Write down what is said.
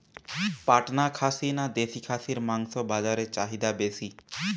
পাটনা খাসি না দেশী খাসির মাংস বাজারে চাহিদা বেশি?